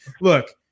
look